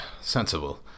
sensible